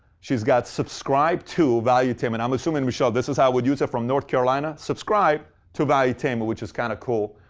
she's got subscribe to valuetainment. i'm assuming, michelle, this is how we'd use it. from north carolina, subscribe to valuetainment. which is kind of cool.